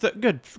Good